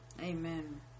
Amen